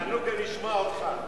תענוג גם לשמוע אותך.